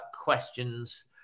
questions